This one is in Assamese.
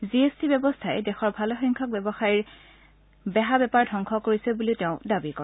জি এছ টি ব্যৱস্থাই দেশৰ ভালেসংখ্যক ব্যৱসায়ীৰ বেহা বেপাৰ ধ্বংস কৰিছে বুলিও তেওঁ দাবী কৰে